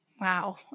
Wow